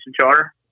charter